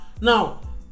Now